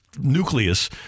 nucleus